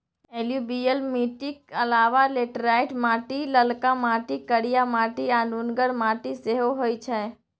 एलुयुबियल मीटिक अलाबा लेटेराइट माटि, ललका माटि, करिया माटि आ नुनगर माटि सेहो होइ छै